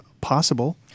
possible